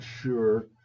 sure